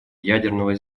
ядерного